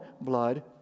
blood